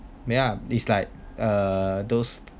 ya it's like uh those